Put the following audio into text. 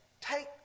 Take